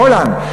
בהולנד,